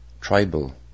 tribal